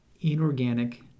inorganic